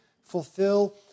fulfill